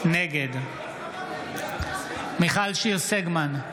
נגד מיכל שיר סגמן,